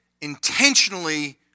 intentionally